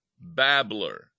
babbler